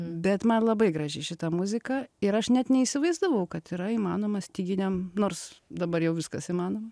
bet man labai graži šita muzika ir aš net neįsivaizdavau kad yra įmanoma styginiam nors dabar jau viskas įmanoma